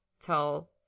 tell